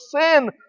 sin